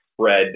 spread